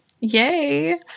Yay